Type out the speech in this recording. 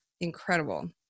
incredible